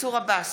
מנסור עבאס,